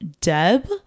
Deb